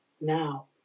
now